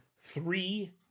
three